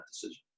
decision